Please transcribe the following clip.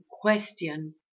question